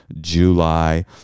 July